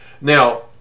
Now